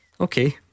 Okay